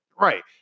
Right